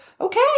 okay